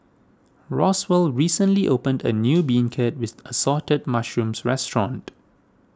Roswell recently opened a new Beancurd with Assorted Mushrooms restaurant